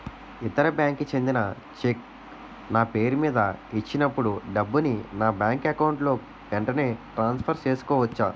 ఇతర బ్యాంక్ కి చెందిన చెక్ నా పేరుమీద ఇచ్చినప్పుడు డబ్బుని నా బ్యాంక్ అకౌంట్ లోక్ వెంటనే ట్రాన్సఫర్ చేసుకోవచ్చా?